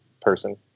person